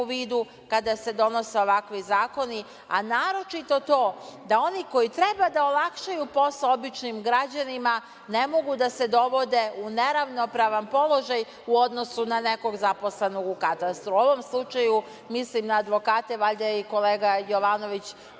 u vidu kada se donose ovakvi zakoni, a naročito to da oni koji treba da olakšaju posao običnim građanima ne mogu da se dovode u neravnopravan položaj u odnosu na nekog zaposlenog u katastru. U ovom slučaju, mislim da advokate, valjda je i kolega Jovanović